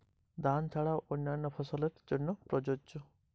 Sprinkler সেচ ব্যবস্থার কোন কোন চাষের জন্য প্রযোজ্য?